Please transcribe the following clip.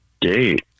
date